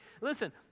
Listen